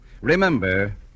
Remember